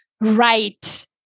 right